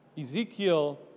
Ezekiel